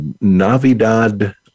Navidad